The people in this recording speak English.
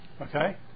okay